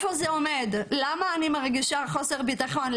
למה אני מרגישה חוסר ביטחון?